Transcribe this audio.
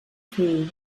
fill